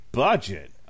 budget